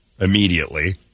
immediately